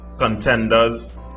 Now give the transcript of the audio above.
Contenders